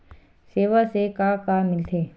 सेवा से का का मिलथे?